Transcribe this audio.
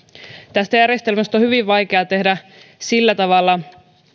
tästä järjestelmästä on hyvin vaikea tehdä sillä tavalla